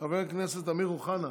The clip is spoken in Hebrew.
חבר הכנסת אמיר אוחנה,